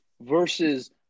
versus